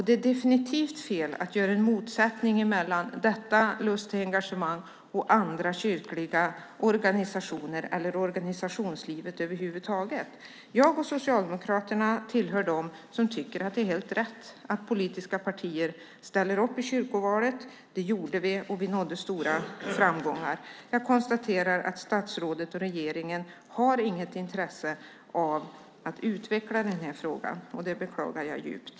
Det är definitivt fel att skapa en motsättning mellan denna lust till engagemang och andra kyrkliga organisationer eller organisationslivet över huvud taget. Jag och Socialdemokraterna tillhör dem som tycker att det är helt rätt att politiska partier ställer upp i kyrkovalet. Vi gjorde det och nådde också stora framgångar. Jag konstaterar att statsrådet och regeringen inte har något intresse av att utveckla frågan. Det beklagar jag djupt.